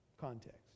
context